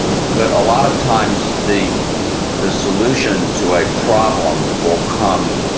but a lot of times, the the solution to a problem will come,